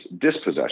dispossession